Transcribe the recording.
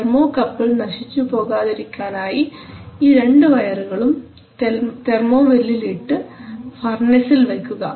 thermocouple നശിച്ചു പോകാതിരിക്കാൻ ആയി ഈ രണ്ടു വയറുകളും തെർമോവെല്ലിൽ ഇട്ടു ഫർണസിൽ വയ്ക്കുക